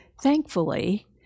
thankfully